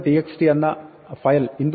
txt എന്ന file input